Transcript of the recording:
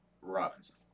Robinson